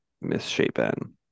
misshapen